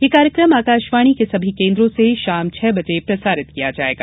यह कार्यक्रम आकाशवाणी के सभी कोन्द्रों से शाम छह बजे प्रसारित किया जाएगा